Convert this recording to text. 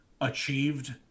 achieved